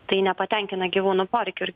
tai nepatenkina gyvūnų poreikių ir